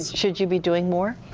should you be doing more?